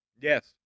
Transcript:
Yes